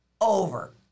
over